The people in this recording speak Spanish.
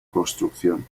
construcción